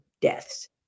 deaths